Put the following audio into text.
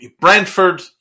Brentford